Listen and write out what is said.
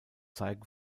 zeigen